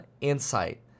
insight